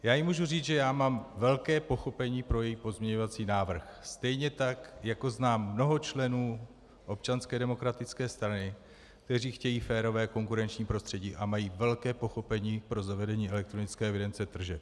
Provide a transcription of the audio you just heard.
Mohu jí říct, že já mám velké pochopení pro její pozměňovací návrh, stejně tak, jako znám mnoho členů Občanské demokratické strany, kteří chtějí férové konkurenční prostředí a mají velké pochopení pro zavedení elektronické evidence tržeb.